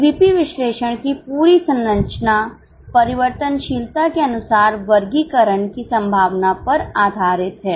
CVP विश्लेषण की पूरी संरचना परिवर्तनशीलता के अनुसार वर्गीकरण की संभावना पर आधारित है